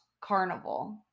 carnival